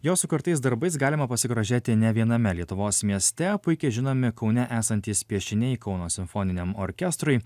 jo sukurtais darbais galima pasigrožėti ne viename lietuvos mieste puikiai žinomi kaune esantys piešiniai kauno simfoniniam orkestrui